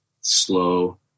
slow